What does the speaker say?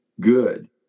good